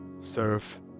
serve